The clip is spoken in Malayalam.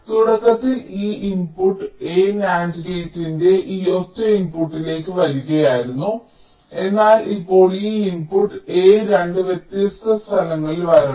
തുടക്കത്തിൽ ഈ ഇൻപുട്ട് A NAND ഗേറ്റിന്റെ ഈ ഒറ്റ ഇൻപുട്ടിലേക്ക് വരികയായിരുന്നു എന്നാൽ ഇപ്പോൾ ഈ ഇൻപുട്ട് A 2 വ്യത്യസ്ത സ്ഥലങ്ങളിൽ വരണം